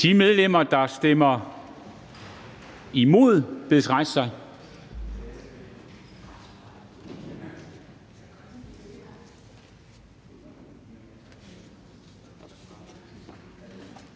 De medlemmer, der stemmer imod, bedes rejse sig.